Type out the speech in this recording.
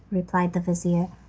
replied the vizir,